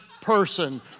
person